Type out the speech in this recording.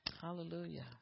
Hallelujah